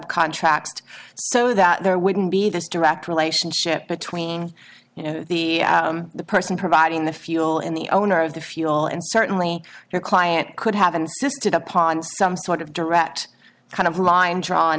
contracts so that there wouldn't be this direct relationship between you know the person providing the fuel and the owner of the fuel and certainly your client could have insisted upon some sort of direct kind of line drawn